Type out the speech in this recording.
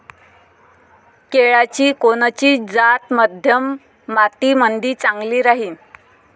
केळाची कोनची जात मध्यम मातीमंदी चांगली राहिन?